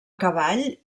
cavall